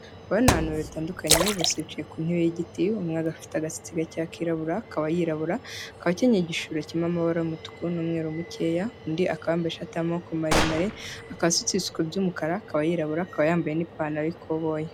Aba ni abantu babiri batandukanye, bose bicaye ku ntebe y'igiti, umwe akaba afite agasatsi gakeya kirabura, akaba yirabura, akaba akenyeye igishura kirimo amabara y'umutuku n'umweru mukeya, undi akaba yambaye ishati y'amaboko maremare, akaba asutse ibisuko by'umukara, akaba yirabura, akaba yambaye n'ipantaro y'ikoboyi.